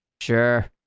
Sure